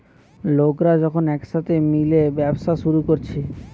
লোকরা যখন একসাথে মিলে ব্যবসা শুরু কোরছে